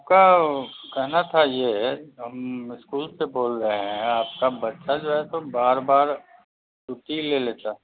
आपको कहना था ये हम इसकुल से बोल रहे हैं आपका बच्चा जो है सो बार बार छुट्टी ले लेता है